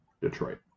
Detroit